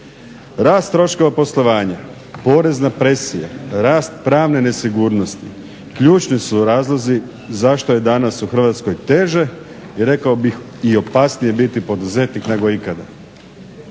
Rast troškova poslovanja, porezna presija, rast pravne nesigurnosti ključni su razlozi zašto je danas u Hrvatskoj teže i rekao bih i opasnije biti poduzetnik nego ikad.